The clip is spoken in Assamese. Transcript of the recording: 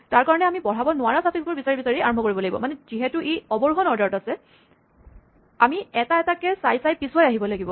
তাৰকাৰণে আমি বঢ়াব নোৱাৰা চাফিক্সবোৰ বিচাৰি বিচাৰি আৰম্ভ কৰিব লাগিব মানে যিহেতু ই অৱৰোহন অৰ্ডাৰত আছে আমি এটা এটাকে চাই চাই পিচুৱাই আহিব লাগিব